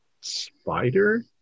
spider